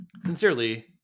Sincerely